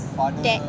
dad